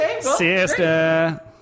sister